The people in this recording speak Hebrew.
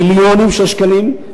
מיליונים של שקלים,